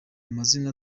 amazina